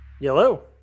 Yellow